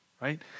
right